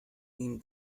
ihm